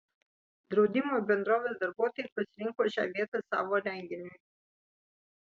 draudimo bendrovės darbuotojai pasirinko šią vietą savo renginiui